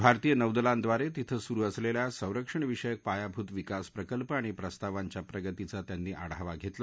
भारतीय नौदलांड्रारात्रिथ सुरु असलखिा संरक्षण विषयक पायाभूत विकास प्रकल्प आणि प्रस्तावांच्या प्रगतीचा त्यांनी आढावा घत्तला